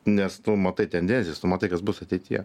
nes tu matai tendencijas tu matai kas bus ateityje